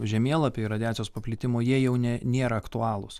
žemėlapiai radiacijos paplitimo jie jau ne nėra aktualūs